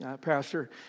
pastor